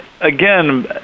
again